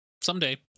someday